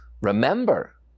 Remember